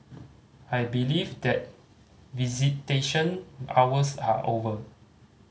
I believe that visitation hours are over